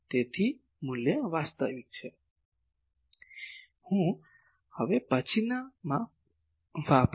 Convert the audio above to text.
તેથી આ મૂલ્ય વાસ્તવિક છે હું હવે પછીનામાં વાપરીશ